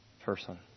person